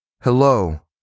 Hello